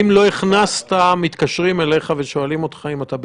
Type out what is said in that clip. האם מספר הטלפון שלו עובר למשטרה לביקורת כדי לראות אם הוא נמצא